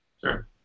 Sure